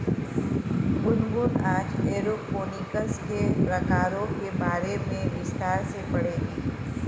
गुनगुन आज एरोपोनिक्स के प्रकारों के बारे में विस्तार से पढ़ेगी